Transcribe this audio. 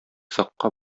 озакка